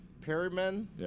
Perryman